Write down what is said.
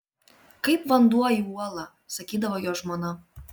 kaip vanduo į uolą sakydavo jo žmona